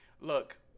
Look